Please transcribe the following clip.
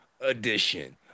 edition